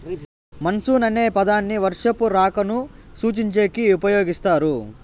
monsoon అనే పదాన్ని వర్షపు రాకను సూచించేకి ఉపయోగిస్తారు